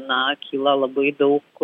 na kyla labai daug